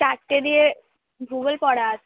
চারটে দিয়ে ভূগোল পড়া আছে